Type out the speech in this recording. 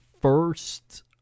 first